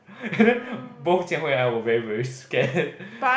and then both Jian-Hui and I were very very scared